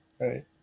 Right